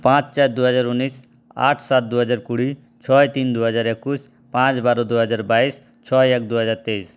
পাঁচ চার দুহাজার ঊনিশ আট সাত দুহাজার কুড়ি ছয় তিন দুহাজার একুশ পাঁচ বারো দুহাজার বাইশ ছয় এক দুহাজার তেইশ